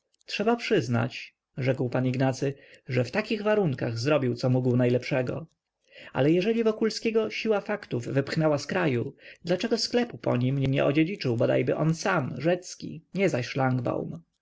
trzeba przyznać rzekł pan ignacy że w takich warunkach zrobił co mógł najlepszego ale jeżeli wokulskiego siła faktów wypchnęła z kraju dlaczego sklepu po nim nie odziedziczył bodajby on sam rzecki nie zaś